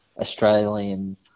australian